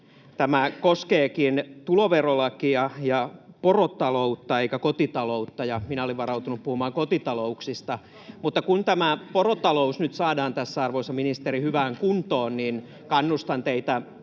tämä koskeekin tuloverolakia ja porotaloutta eikä kotitaloutta ja minä olin varautunut puhumaan kotitalouksista. [Toimi Kankaanniemi: Puhu kahvipöydässä!] Mutta kun tämä porotalous nyt saadaan tässä, arvoisa ministeri, hyvään kuntoon, niin kannustan teitä